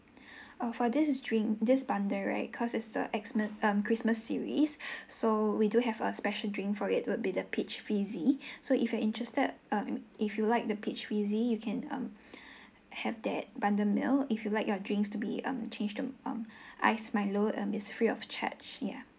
uh for this it's drink this bundle right cause it's uh xmas um christmas series so we do have a special drink for it it would be the peach fizzy so if you're interested um if you would like the peach fizzy you can um have that bundle meal if you like your drinks to be um change to um ice milo um it's free of charge ya